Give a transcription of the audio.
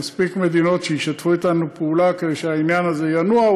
מספיק מדינות שישתפו אתנו פעולה כדי שהעניין הזה ינוע.